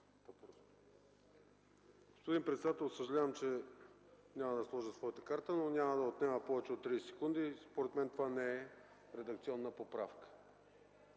Господин председател, съжалявам, че няма да сложа своята карта, но няма да отнема повече от 30 секунди. Според мен това не е редакционна поправка.